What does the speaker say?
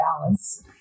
balance